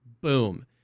boom